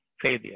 failure